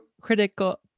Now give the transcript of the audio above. critical